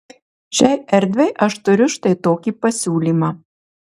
šiai erdvei aš turiu štai tokį pasiūlymą